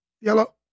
Yellow